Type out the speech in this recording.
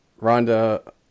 Rhonda